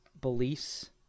beliefs